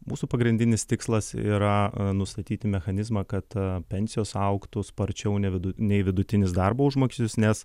mūsų pagrindinis tikslas yra nustatyti mechanizmą kad pensijos augtų sparčiau nevidu nei vidutinis darbo užmokestis nes